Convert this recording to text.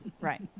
Right